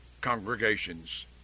congregations